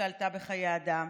שעלתה בחיי אדם,